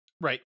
Right